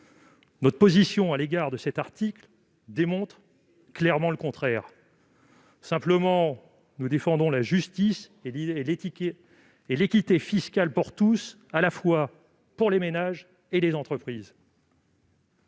Notre position à l'égard de cet article démontre clairement le contraire. Simplement, nous défendons la justice et l'équité fiscale pour tous, à la fois pour les ménages et pour les entreprises.